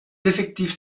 effectifs